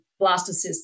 blastocysts